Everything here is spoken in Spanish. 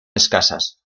escasas